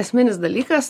esminis dalykas